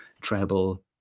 treble